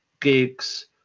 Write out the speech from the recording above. gigs